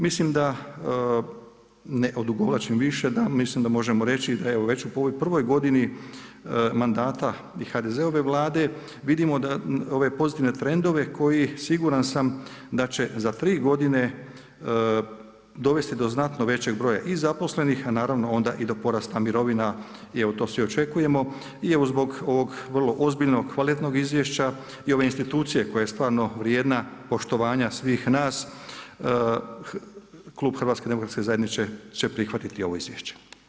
Mislim da ne odugovlačim više, da možemo reći, da već u pravoj godini mandata i HDZ-ove vlade vidimo ove pozitivne trendove, koji siguran sam da će za 3 godine dovesti do znatnoj većeg broja i zaposlenih, a naravno onda i do porasta mirovina, jer to svi očekujemo i evo zbog ovog vrlo ozbiljnog kvalitetnog izvješća i ove institucije koja je stvarno vrijedna poštovanja svih nas Klub HDZ-a će prihvatiti ovo izvješće.